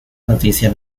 noticia